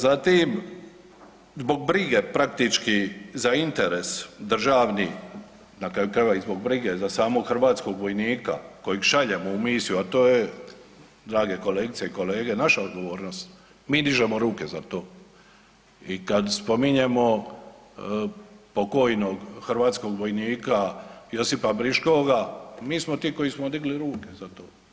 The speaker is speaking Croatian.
Zatim, zbog brige praktički za interes državni, dakle na kraju krajeva i zbog brige za samog hrvatskog vojnika kojeg šaljemo u misiju, a to je, drage kolegice i kolege, naša odgovornost, mi dižemo ruke za to i kad spominjemo pokojnog hrvatskog vojnika Josipa Briškoga, mi smo ti koji smo digli ruke za to.